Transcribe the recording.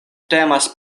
temas